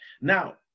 Now